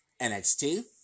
NXT